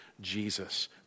Jesus